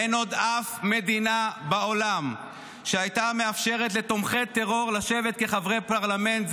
אין עוד אף מדינה בעולם שהייתה מאפשרת לתומכי טרור לשבת כחברי פרלמנט.